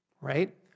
right